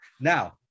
now